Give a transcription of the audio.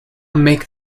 make